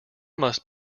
must